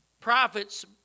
prophets